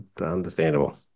Understandable